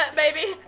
but baby.